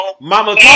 Mama